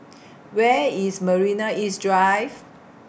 Where IS Marina East Drive